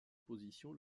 position